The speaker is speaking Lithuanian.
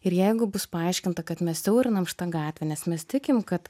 ir jeigu bus paaiškinta kad mes siaurinam šitą gatvę nes mes tikim kad